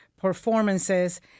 performances